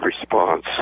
response